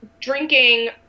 Drinking